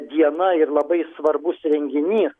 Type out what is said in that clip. diena ir labai svarbus renginy